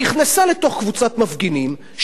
נכנסה לתוך קבוצת מפגינים,